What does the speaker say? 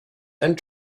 and